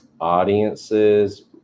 audiences